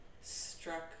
struck